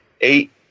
eight